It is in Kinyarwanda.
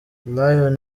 lion